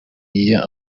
year